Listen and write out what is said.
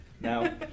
now